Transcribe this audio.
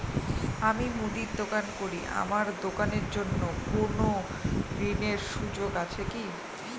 আমি মুদির দোকান করি আমার দোকানের জন্য কোন ঋণের সুযোগ আছে কি?